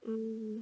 mm